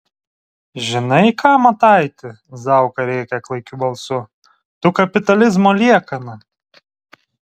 žinai ką mataiti zauka rėkia klaikiu balsu tu kapitalizmo liekana